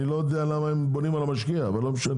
אני לא יודע למה הם בונים על המשקיע, אבל לא משנה.